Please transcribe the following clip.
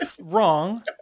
wrong